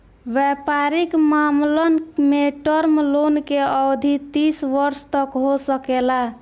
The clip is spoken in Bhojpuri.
वयपारिक मामलन में टर्म लोन के अवधि तीस वर्ष तक हो सकेला